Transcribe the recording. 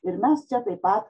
ir mes čia taip pat